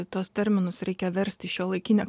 tuos terminus reikia versti į šiuolaikinę